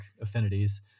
Affinities